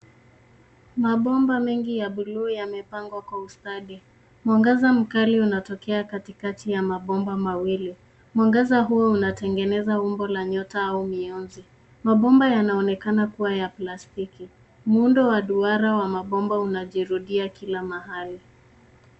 Mabomba mengi ya buluu yamepangwa kwa ustadi. Mwangaza mkali unatokea katikati ya mabomba mawili. Mwangaza huo unatengeneza umbo la nyota au mianzi. Mabomba yanaonekana kuwa ya plastiki. Muundo wa duara wa mabomba uanajirudia kila mahali.